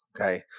okay